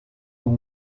ont